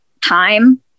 time